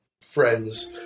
friends